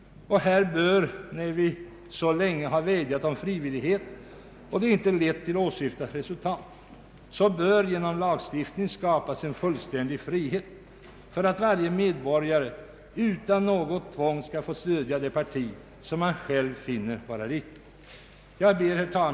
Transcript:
När vi så länge har vädjat om frivillighet och det inte har lett till åsyftat resultat bör genom lagstiftning skapas en fullständig frihet för varje medborgare att utan något tvång stödja det parti som han själv anser vara det bästa. Herr talman!